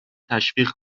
تشویق